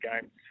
games